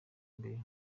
imbere